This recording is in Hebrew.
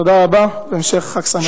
תודה רבה והמשך חג שמח.